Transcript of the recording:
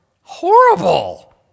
Horrible